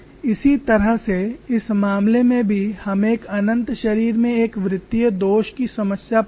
इसी तरह से इस मामले में भी हम एक अनंत शरीर में एक वृत्तीय दोष की समस्या पाते हैं